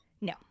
No